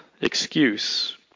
excuse